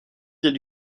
vient